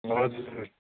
हजुर